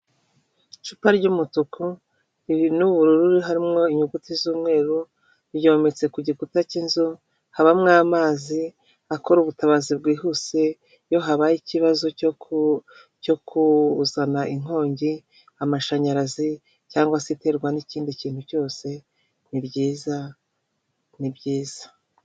Icupa ry'umutuku rirumo n'ubururu harimo inyuguti z'umweru ryometse ku gikuta cy'inzu habamo amazi akora ubutabazi bwihuse iyo habaye ikibazo cyo kuzana inkongi, amashanyarazi cyangwa se iterwa n'ikindi kintu cyose n'ibyiza n'ibyiza.